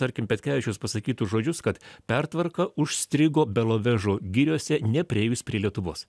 tarkim petkevičiaus pasakytus žodžius kad pertvarka užstrigo belovežo giriose nepriėjus prie lietuvos